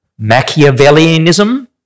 Machiavellianism